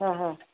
हां हां